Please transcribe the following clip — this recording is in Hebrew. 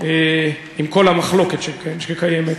עם כל המחלוקת שקיימת,